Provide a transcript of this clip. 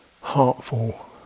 heartful